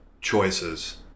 choices